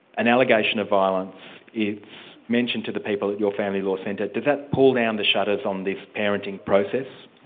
an allegation of violence, it's mentioned to the people at your family law centre, does that pull down the shutters on this parenting process?